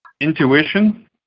intuition